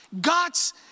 God's